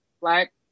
Black